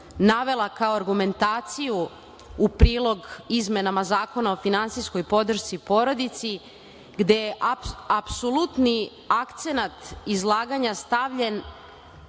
navela kao argumentaciju u prilog izmenama Zakona o finansijskoj podršci porodici gde je apsolutni akcenat izlaganja stavljen